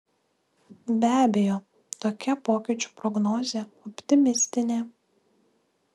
be abejo tokia pokyčių prognozė optimistinė